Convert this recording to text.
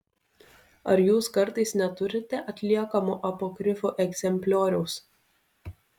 ar jūs kartais neturite atliekamo apokrifų egzemplioriaus